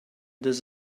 this